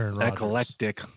eclectic